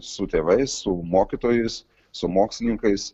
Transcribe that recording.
su tėvais su mokytojais su mokslininkais